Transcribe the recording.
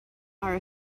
are